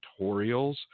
tutorials